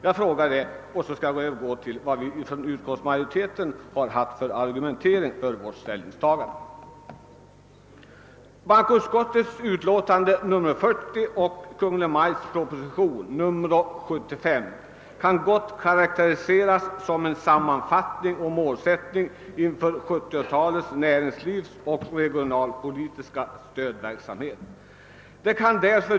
Det är min fråga, innan jag övergår till utskottsmajoritetens argumentering för sitt ställningstagande. Bankoutskottets utlåtande nr 40 och Kungl. Maj:ts proposition nr 75 kan gott karakteriseras som en sammanfattande målsättning för 1970-talets näringsoch regionalpolitiska stödverksamhet.